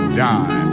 die